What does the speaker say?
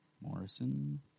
Morrison